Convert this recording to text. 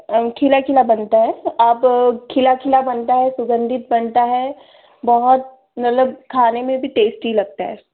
और खिला खिला बनता है अब खिला खिला बनता है सुगंधित बनता है बहुत मतलब खाने में भी टेस्टी लगता है